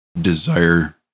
desire